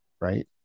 right